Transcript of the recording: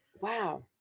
Wow